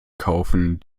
kaufen